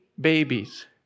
babies